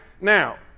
Now